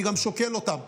אני גם שוקל אותם,